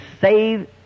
save